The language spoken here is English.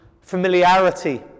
familiarity